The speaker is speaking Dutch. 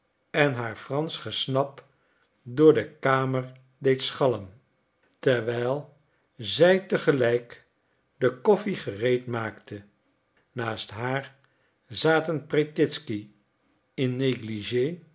en haar fransch gesnap door de kamer deed schallen terwijl zij te gelijk de koffie gereed maakte naast haar zaten petritzky in